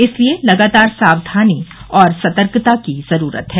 इसलिये लगातार सावधानी और सतर्कता की जरूरत है